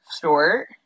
short